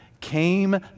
came